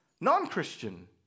non-Christian